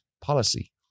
policy